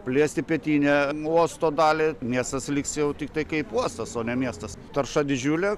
plėsti pietinę uosto dalį miestas liks jau tiktai kaip uostas o ne miestas tarša didžiulė